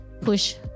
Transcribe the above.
push